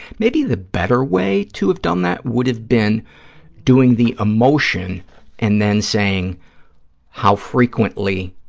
maybe the better way to have done that would have been doing the emotion and then saying how frequently,